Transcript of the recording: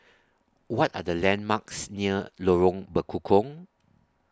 What Are The landmarks near Lorong Bekukong